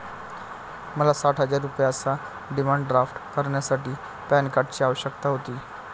मला साठ हजार रुपयांचा डिमांड ड्राफ्ट करण्यासाठी पॅन कार्डची आवश्यकता होती